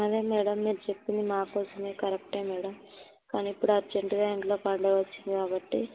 అదే మేడం మీరు చెప్పింది మా కోసమే కరెక్టే మేడం కానీ ఇప్పుడు అర్జెంటుగా ఇంట్లో పండుగ వచ్చింది కాబట్టి మేము అడుగుతున్నాము మళ్ళీ ఎప్పుడూ లీవ్ తీసుకోము